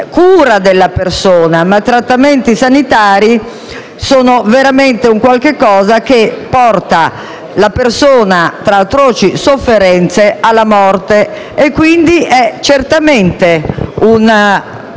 cura della persona ma trattamenti sanitari è veramente qualcosa che porta la persona, tra atroci sofferenze, alla morte. Quindi, è certamente un modo